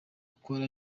ikaba